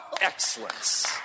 excellence